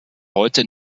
heute